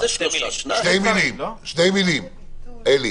שתי מילים, אלי.